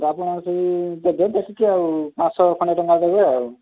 ତ ଆପଣ ସେଇ ଦେବେ ଦେଖିକି ଆଉ ପାଞ୍ଚଶହ ଖଣ୍ଡେ ଟଙ୍କା ଦେବେ ଆଉ ହଁ